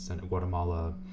Guatemala